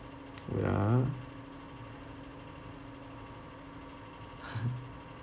wait ah